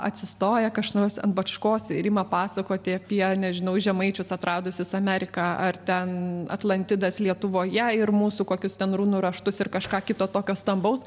atsistoja kas nors ant bačkos ir ima pasakoti apie nežinau žemaičius atradusius ameriką ar ten atlantidas lietuvoje ir mūsų kokius ten runų raštus ir kažką kito tokio stambaus